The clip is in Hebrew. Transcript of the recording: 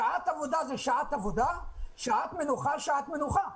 שעת עבודה זה שעת עבודה, שעת מנוחה זה שעת מנוחה.